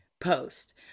post